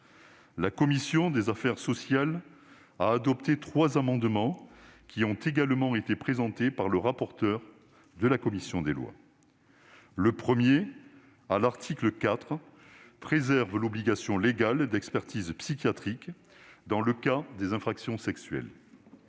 La commission des affaires sociales a adopté trois amendements qui ont également été présentés par le rapporteur de la commission des lois. Le premier, à l'article 4, tend à préserver l'obligation légale d'expertise psychiatrique dans le cas des infractions sexuelles.